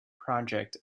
project